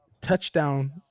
touchdown